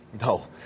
No